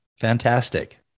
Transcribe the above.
fantastic